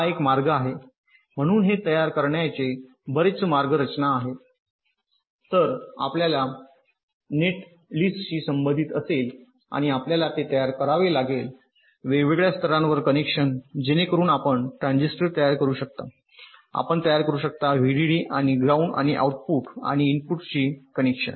हा एक मार्ग आहे म्हणून हे तयार करण्याचे बरेच मार्गरचना आहेत तर आपल्याला या नेटलिस्टशी संबंधित असेल आणि आपल्याला ते तयार करावे लागेल वेगवेगळ्या स्तरांवर कनेक्शन जेणेकरुन आपण ट्रान्झिस्टर तयार करू शकता आपण तयार करू शकता व्हीडीडी आणि ग्राउंड आणि आउटपुट आणि इनपुटशी कनेक्शन